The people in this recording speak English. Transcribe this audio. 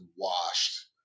Washed